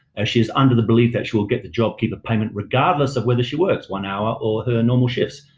and she is under the belief that she will get the jobkeeper payment regardless of whether she works one hour or her normal shifts.